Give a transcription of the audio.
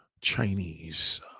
Chinese